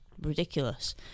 ridiculous